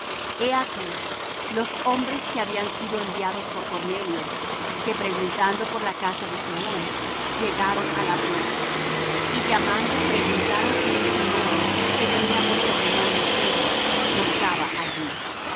he aquí los hombres que habían sido enviados por cornelio que preguntando por la casa de simón llegaron á la puerta y llamando preguntaron si un simón que tenía por sobrenombre pedro posaba allí